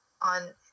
on